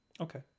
Okay